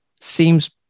seems